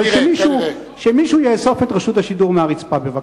אבל שמישהו יאסוף את רשות השידור מהרצפה, בבקשה.